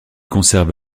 conservé